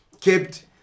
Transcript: kept